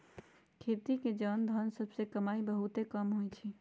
खेती के जन सभ के कमाइ बहुते कम होइ छइ